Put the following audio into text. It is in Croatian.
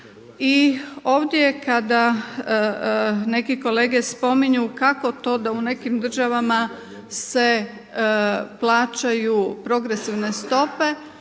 I ovdje kada neki kolege spominju kako to da u nekim državama se plaćaju progresivne stope